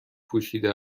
پوشیده